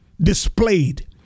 displayed